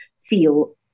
feel